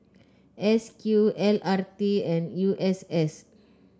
S Q L R T and U S S